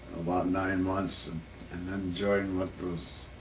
about nine months and and then joined what was